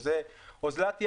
וזאת אוזלת יד,